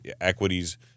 equities